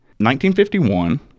1951